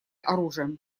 оружием